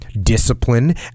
discipline